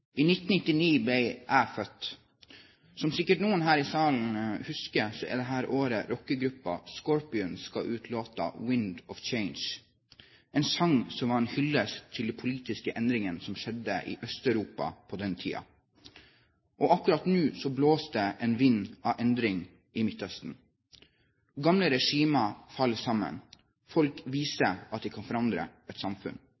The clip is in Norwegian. I 1990 ble jeg født. Som sikkert noen her i salen husker, var det dette året rockegruppa Scorpions ga ut låta «Wind of Change», en sang som var en hyllest til de politiske endringene som skjedde i Øst-Europa på den tiden. Og akkurat nå blåser det en vind av endring i Midtøsten. Gamle regimer faller sammen, og folk